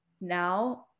now